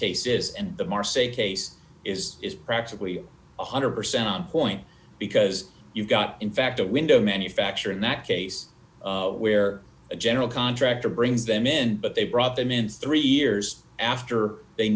case is and the more safe case is is practically one hundred percent on point because you've got in fact a window manufacturer in that case where a general contractor brings them in but they brought them in three years after they